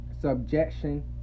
subjection